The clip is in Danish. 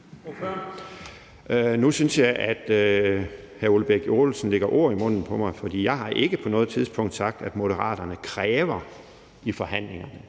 Nu synes jeg, at hr. Ole Birk Olesen lægger ord i munden på mig, for jeg har ikke på noget tidspunkt sagt, at Moderaterne kræver noget i forhandlingerne.